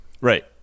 Right